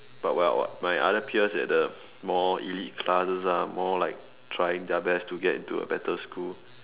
but my other peers at the more elite classes ah more like trying their best to get into a better school